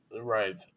Right